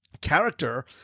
character